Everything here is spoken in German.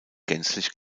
gänzlich